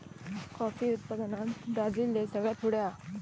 coffee उत्पादनात Brazil देश सगळ्यात पुढे हा